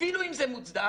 אפילו אם זה מוצדק,